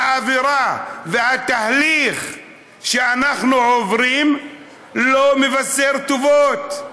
האווירה והתהליך שאנחנו עוברים לא מבשרים טובות.